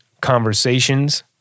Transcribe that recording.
conversations